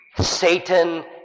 Satan